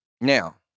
Now